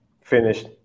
Finished